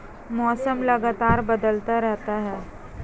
मौसम लगातार बदलता रहता है